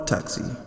Taxi